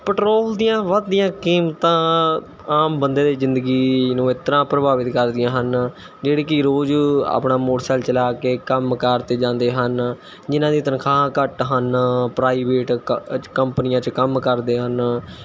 petrol ਦੀਆਂ ਵੱਧਦੀਆਂ ਕੀਮਤਾਂ ਆਮ ਬੰਦੇ ਦੀ ਜ਼ਿੰਦਗੀ ਨੂੰ ਇਸ ਤਰ੍ਹਾਂ ਪ੍ਰਭਾਵਿਤ ਕਰਦੀਆਂ ਹਨ ਜਿਹੜੀ ਕਿ ਰੋਜ਼ ਆਪਣਾ ਮੋਟਰਸਾਈਕਲ ਚਲਾ ਕੇ ਕੰਮ ਕਾਰ 'ਤੇ ਜਾਂਦੇ ਹਨ ਜਿਨ੍ਹਾਂ ਦੀ ਤਨਖਾਹ ਘੱਟ ਹਨ ਪ੍ਰਾਈਵੇਟ ਕੰ ਚ ਕੰਪਨੀਆਂ 'ਚ ਕੰਮ ਕਰਦੇ ਹਨ